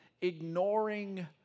ignoring